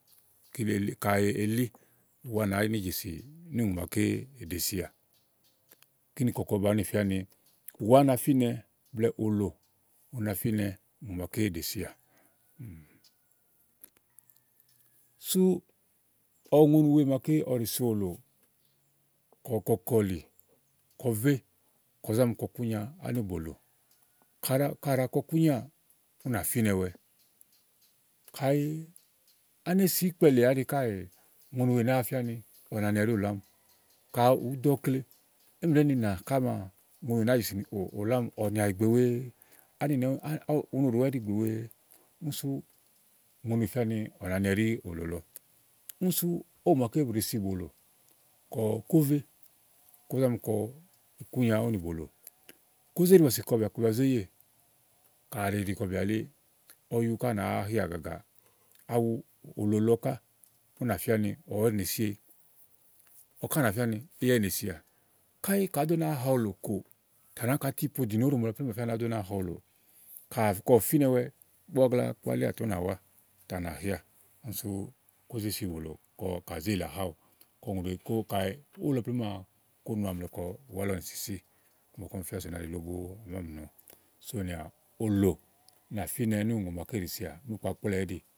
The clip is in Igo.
kelele kàyi eli uwa nèe ni Jèsì ùŋò màa ɖèe sià. Kini kɔkɔ bàni fìani ùwà na fìnɛ blɛ́ɛ òlo nafinɛ uŋò màa ɖèe sià. Sù ɔwɛ ùŋonì wèe màa ɖèe si òlò kɔ kɔkɔli kɔvé kɔzàmi kɔ ikùnya bòlò. Kàɖìi àɖàa kɔ ikùnyià ùnà finɛwɛ, kàyi enesi ìkpɛ̀ lè àɖi kàèe úŋònì wee nàá fia ni ̈ɔ̀nani ɖí ólò àámi. Kàa ùúɖo ɔkle émi ɖèé ni nàkà maa ùŋòni wée nàáa Jèsi ni òó òló àámi ɔ̀wɛ nìà ìgbè wee. Uno ɖòwɛ̀ɛ ɖi ìgbè wee. Òwo òma ké bu ɖèe si bòlòò kɔ kòvé kò zàmi kɔ ikùnya òwo nì bòlò. Kòzé ɖi bɔ̀si kɔbia kɔbìà bu zè yè. Kàɖi òwo ɖèɖi kɔbìà eli ɔyu ka nàa hià agagàa. Awu òlò lɔ kà ùnà fìa ni ɔwɛ ɛɖi nèe siéyi. Tè ɔwɛ kà nà Fìa ni éyi ɛɖi nèe sià. Kàyi kàɖì óò ɖo nàa ha òlò kò tà. nàŋka ti podìnì òɖò mò lɔ plémù bà Fia ni àá ɖo nàa ha òlò. Kà kɔ ù Finɛwɛ; ìgbɔ ɔwɛ gagla kpalià tè ù nà wà tè à ná hià ùni sù kòze si òlò lɔ kà zé yìle ahaòwò. Kɔ ùŋonì wèe ko kayi òwo lɔ plémù maà ko nu amlɛ kɔ ùwà ìsisi. Iku màa ɔmi ƒia so mì à àɖi lòbò ɔmi bà mì nɔ sòmià òlò nàƒinɛ nùu ŋò màa ɖèe siá nukpakplɛ́ɛ̀ ɛ̀ɖi